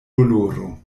doloro